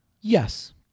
Yes